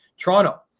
Toronto